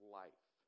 life